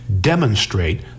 demonstrate